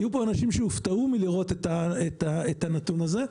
יהיו פה אנשים שיופתעו מלראות את הנתון הזה,